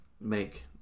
make